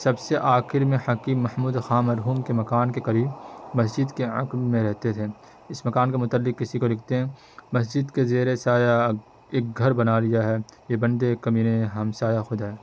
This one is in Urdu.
سب سے آخر میں حکیم محمود خاں مرحوم کے مکان کے قریب مسجد کے عقب میں رہتے تھے اس مکان کے متعلق کسی کو لکھتے ہیں مسجد کے زیرِ سایہ ایک گھر بنا لیا ہے یہ بندے کمینے ہم سایہ خدا ہے